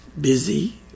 busy